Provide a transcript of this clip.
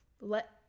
let